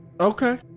Okay